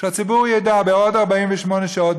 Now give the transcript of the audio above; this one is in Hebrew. שהציבור ידע בעוד 48 שעות,